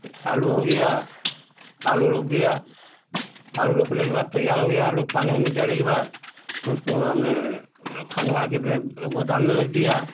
आलू हो गया आलू रोप दिया आलू रोपने के बाद तैयार हो गया आलू पानी उनी डालने के बाद उसको हमने खनवाकर फिर गोदाम में रख दिया